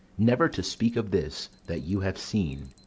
never to speak of this that you have seen,